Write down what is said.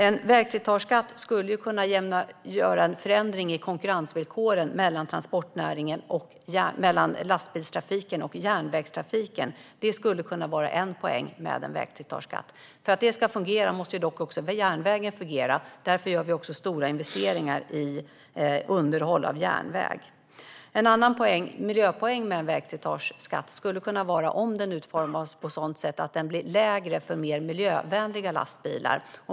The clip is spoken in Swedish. En vägslitageskatt skulle kunna leda till en förändring i konkurrensvillkoren mellan lastbilstrafiken och järnvägstrafiken. Det skulle kunna vara en poäng med en vägslitageskatt. Men för att det ska fungera måste järnvägen också fungera. Därför gör vi stora investeringar i underhåll av järnväg. En annan miljöpoäng med en vägslitageskatt skulle kunna vara om den utformas på ett sådant sätt att den blir lägre för mer miljövänliga lastbilar.